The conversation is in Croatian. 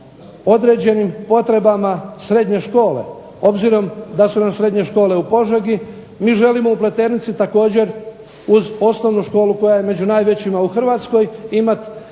određenim potrebama srednje škole obzirom da su nam srednje škole u Požegi mi želimo u Pleternici također uz osnovnu školu koja je među najvećima u Hrvatskoj imati